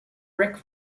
rick